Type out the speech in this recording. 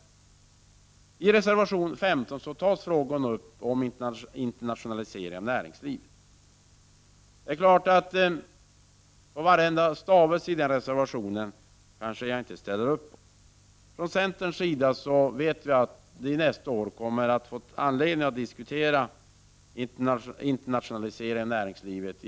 41 I reservation 15 tas frågan om internationaliseringen av näringslivet upp. Jag kanske inte ställer mig bakom varje stavelse i den reservationen. Vi vet att vi nästa år kommer att få anledning att i ännu större utsträckning diskutera internationaliseringen av näringslivet.